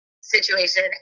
situation